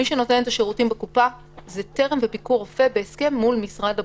מי שנותן את השירותים בקופה זה טרם וביקור רופא בהסכם מול משרד הבריאות.